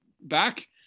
back